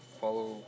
follow